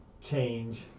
change